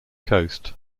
coast